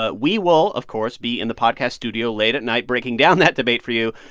ah we will, of course, be in the podcast studio late at night breaking down that debate for you.